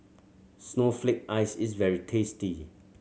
snowflake ice is very tasty